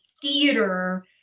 theater